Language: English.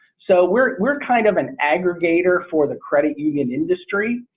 so we're, we're kind of an aggregator for the credit union industry.